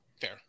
Fair